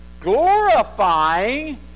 glorifying